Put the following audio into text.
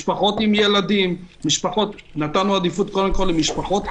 משפחות עם ילדים, נתנו ילדים למשפחות חצויות.